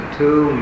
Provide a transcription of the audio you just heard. two